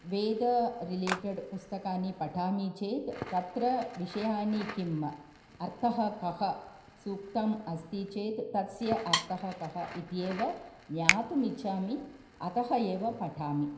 वेदः रिलेटेड् पुस्तकानि पठामि चेत् तत्र विषयानि किम् अर्थः कः सूक्तम् अस्ति चेत् तस्य अर्थः कः इत्येव ज्ञातुमिच्छामि अतः एव पठामि